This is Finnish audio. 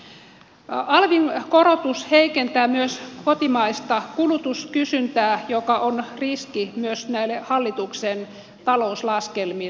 alvin korotus heikentää myös kotimaista kulutuskysyntää mikä on riski myös näille hallituksen talouslaskelmille